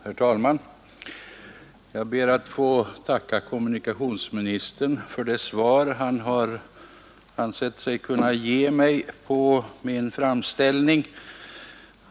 Herr talman! Jag ber att få tacka kommunikationsministern på det svar han har ansett sig kunna ge på min interpellation.